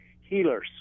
healers